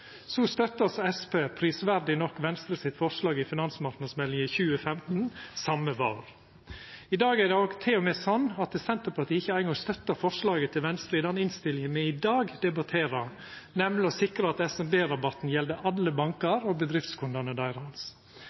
Så støtta altså Senterpartiet prisverdig nok Venstre sitt forslag til finansmarknadsmeldinga for 2015 den same våren. I dag er det til og med sånn at Senterpartiet ikkje eingong støttar forslaget til Venstre i den innstillinga vi debatterer, nemleg å sikra at SMB-rabatten gjeld alle bankar og bedriftskundane